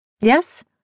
Yes